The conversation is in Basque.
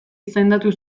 izendatu